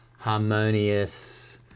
harmonious